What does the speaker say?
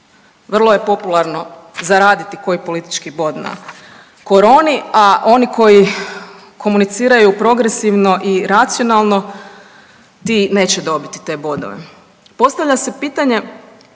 Vrlo je popularno zaraditi koji politički bod na koroni, a oni koji komuniciraju progresivno i racionalno ti neće dobiti te bodove. Postavlja se pitanje